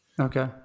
Okay